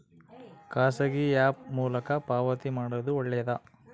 ಖಾಸಗಿ ಆ್ಯಪ್ ಮೂಲಕ ಪಾವತಿ ಮಾಡೋದು ಒಳ್ಳೆದಾ?